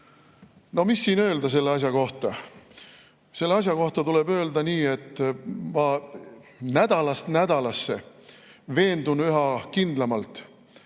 No mis siin öelda selle asja kohta? Selle asja kohta tuleb öelda nii: ma nädalast nädalasse veendun üha kindlamalt,